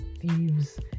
thieves